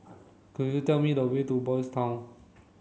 could you tell me the way to Boys' Town